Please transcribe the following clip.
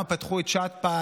לקחנו לו 20 שניות, חבל.